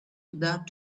without